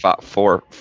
four